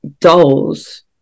dolls